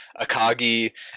Akagi